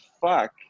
fuck